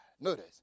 notice